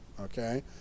okay